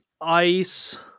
ice